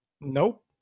Nope